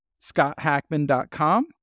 scotthackman.com